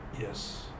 Yes